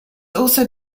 also